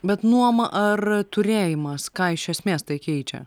bet nuoma ar turėjimas ką iš esmės tai keičia